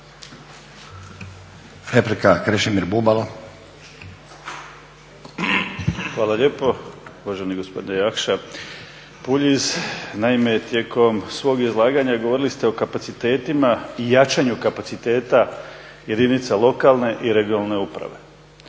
Hvala lijepo. Uvaženi gospodine Jakša Puljiz, naime tijekom svog izlaganja govorili ste o kapacitetima i jačanju kapaciteta jedinica lokalne i regionalne uprave.